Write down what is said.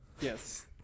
Yes